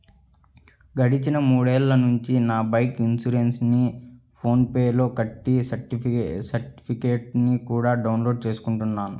గడిచిన మూడేళ్ళ నుంచి నా బైకు ఇన్సురెన్సుని ఫోన్ పే లో కట్టి సర్టిఫికెట్టుని కూడా డౌన్ లోడు చేసుకుంటున్నాను